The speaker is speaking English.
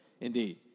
Indeed